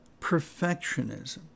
Perfectionism